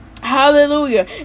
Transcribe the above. Hallelujah